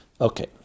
Okay